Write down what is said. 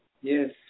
Yes